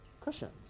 cushions